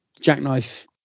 jackknife